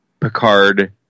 Picard